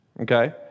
okay